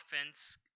offense